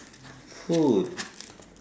food